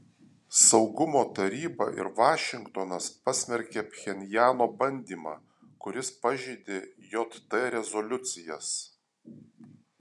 saugumo taryba ir vašingtonas pasmerkė pchenjano bandymą kuris pažeidė jt rezoliucijas